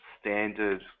standard